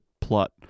plot